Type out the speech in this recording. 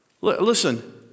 Listen